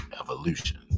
evolution